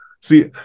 see